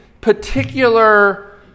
particular